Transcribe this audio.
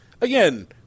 again